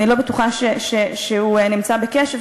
אני לא בטוחה שהוא נמצא בקשב.